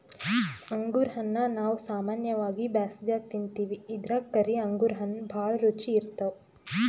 ಅಂಗುರ್ ಹಣ್ಣಾ ನಾವ್ ಸಾಮಾನ್ಯವಾಗಿ ಬ್ಯಾಸ್ಗ್ಯಾಗ ತಿಂತಿವಿ ಇದ್ರಾಗ್ ಕರಿ ಅಂಗುರ್ ಹಣ್ಣ್ ಭಾಳ್ ರುಚಿ ಇರ್ತವ್